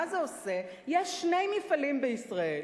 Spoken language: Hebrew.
מה זה עושה: יש שני מפעלים בישראל